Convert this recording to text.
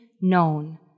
known